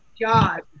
God